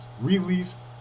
released